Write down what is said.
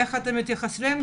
איך אתם מתייחסים לזה?